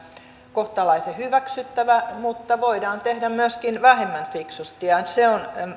kohtalaisen hyväksyttävää mutta voidaan tehdä myöskin vähemmän fiksusti ja